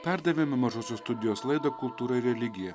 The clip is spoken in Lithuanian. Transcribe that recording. perdavėme mažosios studijos laidą kultūra ir religija